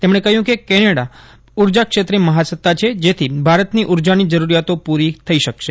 તેમણે કહ્યું કે કેનેડા ઊર્જા લ્લૈત્રે મહાસત્તા છે જૈથી ભારતની ઊર્જાની જરૂરિયાતો પૂરી થઈ શકશે